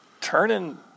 Turning